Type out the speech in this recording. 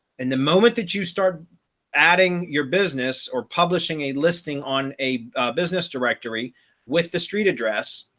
and the moment that you start adding your business or publishing a listing on a business directory with the street address.